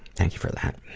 thank you for that.